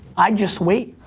i'd just wait.